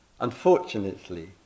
Unfortunately